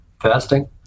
fasting